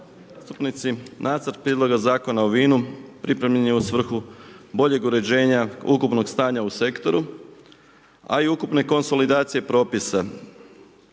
zastupnici. Nacrt Prijedloga zakona o vinu pripremljen je u svrhu boljeg uređenja ukupnog stanja u sektoru a i ukupne konsolidacije propisa